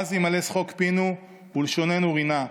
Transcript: אז ימָּלא שחוק פינו ולשוננו רִנה.